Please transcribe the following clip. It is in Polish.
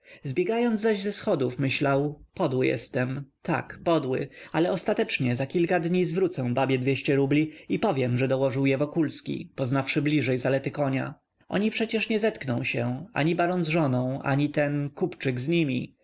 zaś ze schodów myślał podły jestem tak podły ale ostatecznie za kilka dni zwrócę babie dwieście rubli i powiem że dołożył je wokulski poznawszy bliżej zalety konia oni przecież nie zetkną się ani baron z żoną ani ten kupczyk z nimi